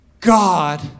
God